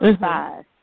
five